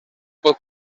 pot